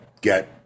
get